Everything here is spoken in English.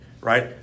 right